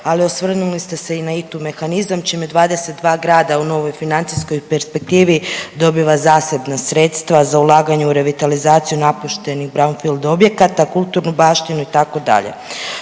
Ali osvrnuli ste se i na ITU mehanizam čime 22 grada u novoj financijskoj perspektivi dobiva zasebna sredstva za ulaganje u revitalizaciju napuštenih braunfield objekata, kulturnu baštinu itd.